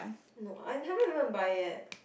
no I haven't even buy yet